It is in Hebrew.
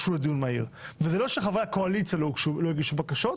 וזה לא שחברי הקואליציה לא יגישו בקשות,